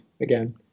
again